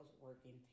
working